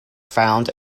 found